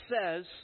says